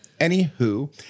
Anywho